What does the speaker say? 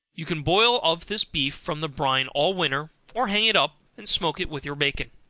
you can boil of this beef from the brine all winter, or hang it up, and smoke it with your bacon.